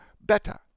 better